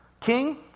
king